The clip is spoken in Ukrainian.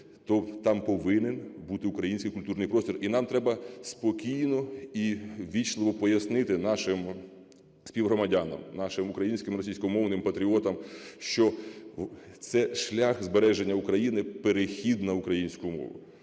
то там повинен бути український культурний простір, і нам треба спокійно і ввічливо пояснити нашим співгромадянам, нашим українським російськомовним патріотам, що це шлях збереження України – перехід на українську мову.